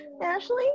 Ashley